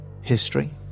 History